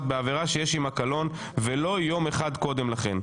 בעבירה שיש עמה קלון ולא יום אחד קודם לכן.